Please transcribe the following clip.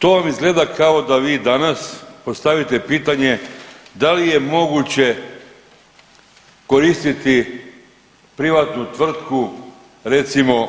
To vam izgleda kao da vi danas postavite pitanje da li je moguće koristiti privatnu tvrtku, recimo,